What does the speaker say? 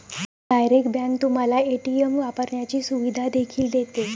direct bank तुम्हाला ATM वापरण्याची सुविधा देखील देते